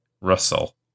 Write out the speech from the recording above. Russell